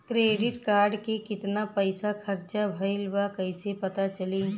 Credit card के कितना पइसा खर्चा भईल बा कैसे पता चली?